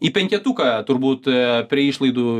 į penketuką turbūt prie išlaidų